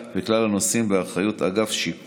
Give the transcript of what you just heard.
ובעוד שישה חודשים אני אביא את זה לכאן